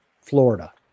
Florida